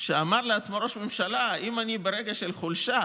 שאמר לעצמו ראש הממשלה: אם אני ברגע של חולשה